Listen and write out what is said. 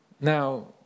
Now